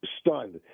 stunned